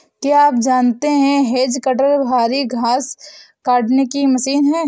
क्या आप जानते है हैज कटर भारी घांस काटने की मशीन है